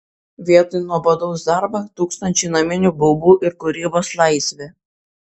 vietoj nuobodaus darbo tūkstančiai naminių baubų ir kūrybos laisvė